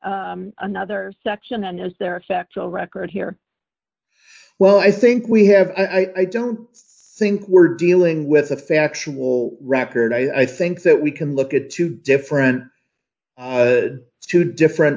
there another section and is there a factual record here well i think we have i don't think we're dealing with a factual record i think that we can look at two different two different